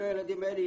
כל הילדים האלה,